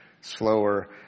slower